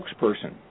spokesperson